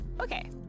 Okay